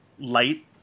light